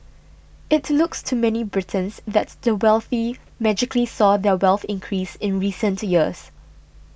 it looks to many Britons that the wealthy magically saw their wealth increase in recent years